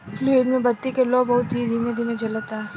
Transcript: fluid से बत्ती के लौं बहुत ही धीमे धीमे जलता